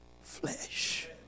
flesh